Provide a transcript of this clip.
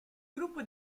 gruppo